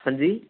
ਹਾਂਜੀ